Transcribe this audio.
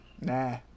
Nah